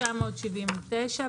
התשל"ט-1979,